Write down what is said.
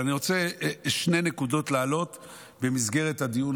אבל אני רוצה להעלות שתי נקודות במסגרת הדיון